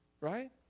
Right